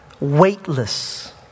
weightless